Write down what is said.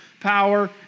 power